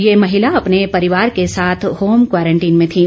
ये महिला अपने परिवार के साथ होम क्वारंटीन में थीं